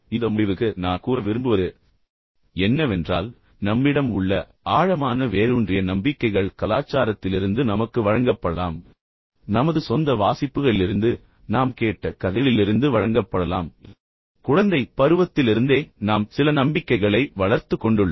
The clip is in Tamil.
இந்த முடிவுக்கு நான் கூற விரும்புவது என்னவென்றால் நம்மிடம் உள்ள ஆழமான வேரூன்றிய நம்பிக்கைகள் கலாச்சாரத்திலிருந்து நமக்கு வழங்கப்படலாம் நமது சொந்த வாசிப்புகளிலிருந்து நாம் கேட்ட கதைகளிலிருந்து வழங்கப்படலாம் ஆனால் குழந்தை பருவத்திலிருந்தே நாம் சில நம்பிக்கைகளை வளர்த்துக் கொண்டுள்ளோம்